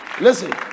Listen